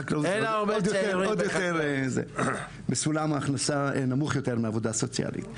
חקלאות עוד יותר בסולם הכנסה נמוך יותר מעבודה סוציאלית.